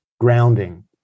grounding